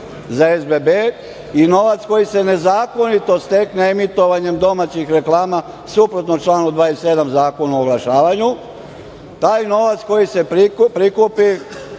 za SBB i novac koji se nezakonito stekne emitovanjem domaćih reklama, suprotno članu 27. Zakona o oglašavanju, taj novac koji se prikupi